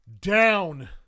down